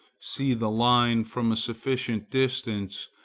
see the line from a sufficient distance,